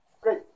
great